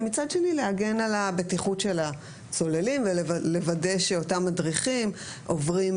ומצד שני להגן על הבטיחות של הצוללים ולוודא שאותם מדריכים עוברים